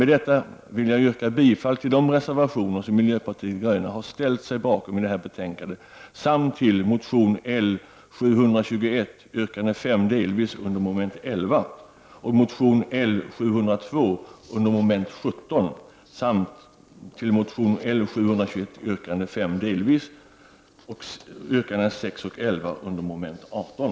Med detta vill jag yrka bifall till de reservationer som miljöpartiet de gröna har ställt sig bakom i detta betänkande samt till motion L721 yrkande 5 delvis under mom. 11, motion L702 under mom. 17, motion L721 yrkande 5 delvis och yrkande 6 och 11 under mom. 18.